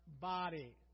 body